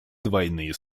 двойные